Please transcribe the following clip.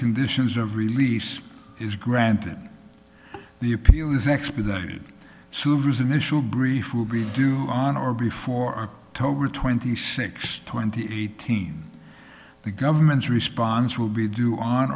conditions of release is granted the appeal is expedited subarus initial grief will be due on or before a total of twenty six twenty eighteen the government's response will be due on